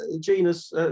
genus